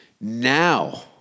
Now